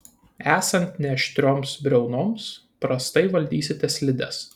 esant neaštrioms briaunoms prastai valdysite slides